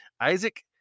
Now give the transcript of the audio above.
Isaac